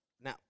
now